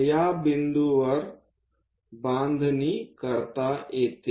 तर या बिंदूवरही बांधणी करता येते